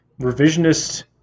revisionist